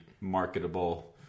marketable